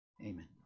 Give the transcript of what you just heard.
amen